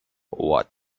what